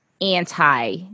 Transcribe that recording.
anti